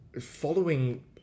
following